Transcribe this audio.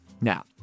Now